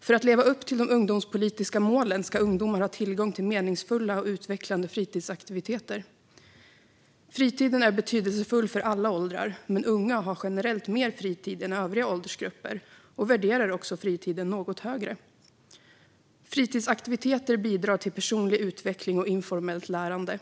För att leva upp till de ungdomspolitiska målen ska ungdomar ha tillgång till meningsfulla och utvecklande fritidsaktiviteter. Fritiden är betydelsefull för alla åldrar, men unga har generellt mer fritid än övriga åldersgrupper och värderar också fritiden något högre. Fritidsaktiviteter bidrar till personlig utveckling och informellt lärande.